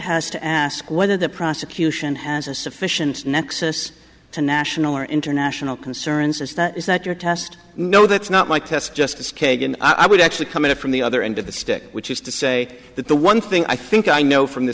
has to ask whether the prosecution has a sufficient nexus to national or international concerns is that is that your test no that's not my test justice kagan i would actually come at it from the other end of the stick which is to say that the one thing i think i know from th